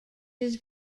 his